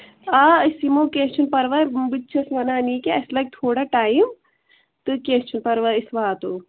آ أسۍ یِمو کیٚنٛہہ چھُنہٕ پَرواے بہٕ تہِ چھَس وَنان یی کہِ اَسہِ لَگہِ تھوڑا ٹایم تہٕ کیٚنٛہہ چھُنہٕ پَرواے أسۍ واتو